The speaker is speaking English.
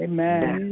Amen